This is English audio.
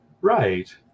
Right